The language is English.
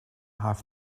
have